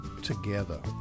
together